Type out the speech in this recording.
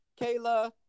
Kayla